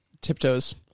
tiptoes